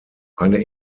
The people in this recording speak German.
eine